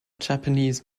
japanese